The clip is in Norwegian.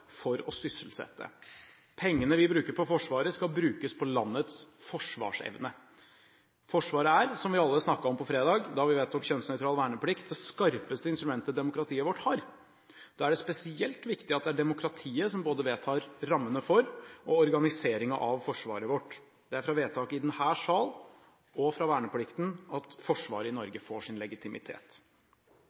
for å sysselsette. Pengene vi bruker på Forsvaret, skal brukes på landets forsvarsevne. Forsvaret er, som vi alle snakket om på fredag da vi vedtok kjønnsnøytral verneplikt, det skarpeste instrumentet demokratiet vårt har. Da er det spesielt viktig at det er demokratiet som vedtar både rammene for og organiseringen av forsvaret vårt. Det er fra vedtak i denne sal, og fra verneplikten, at forsvaret får sin legitimitet.